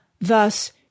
Thus